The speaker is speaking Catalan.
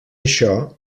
això